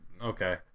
Okay